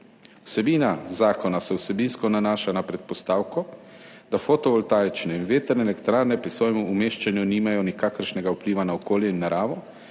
Vsebina zakona se vsebinsko nanaša na predpostavko, da fotovoltaične in vetrne elektrarne pri svojem umeščanju nimajo nikakršnega vpliva na okolje in naravo